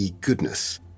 goodness